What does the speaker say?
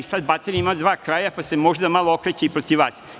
Sad batina ima dva kraja, pa se možda malo okreće protiv vas.